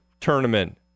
tournament